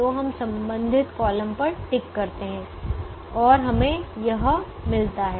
तो हम संबंधित कॉलम पर टिक करते हैं और हमें यह मिलता है